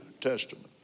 Testament